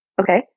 okay